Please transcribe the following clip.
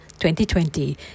2020